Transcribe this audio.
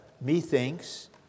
Methinks